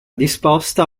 disposta